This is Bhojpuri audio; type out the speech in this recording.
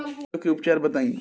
इ रोग के उपचार बताई?